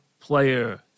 player